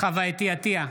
חוה אתי עטייה,